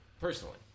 personally